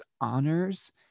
honors